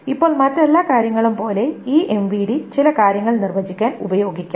ഇപ്പോൾ മറ്റെല്ലാ കാര്യങ്ങളും പോലെ ഈ MVD ചില കാര്യങ്ങൾ നിർവ്വചിക്കാൻ ഉപയോഗിക്കാം